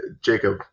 Jacob